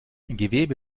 gewebe